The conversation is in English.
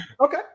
okay